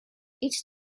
each